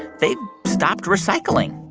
they've stopped recycling